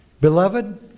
beloved